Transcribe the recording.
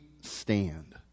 stand